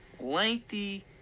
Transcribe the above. Lengthy